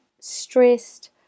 stressed